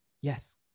yes